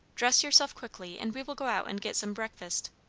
dress yourself quickly and we will go out and get some breakfast.